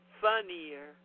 funnier